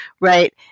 right